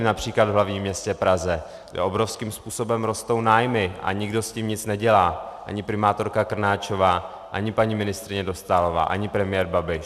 Například v hlavním městě Praze obrovským způsobem rostou nájmy a nikdo s tím nic nedělá, ani primátorka Krnáčová, ani paní ministryně Dostálová, ani premiér Babiš.